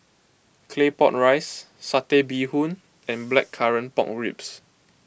Claypot Rice Satay Bee Hoon and Blackcurrant Pork Ribs